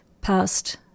past